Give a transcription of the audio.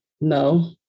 No